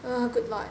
I want to like